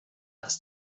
ist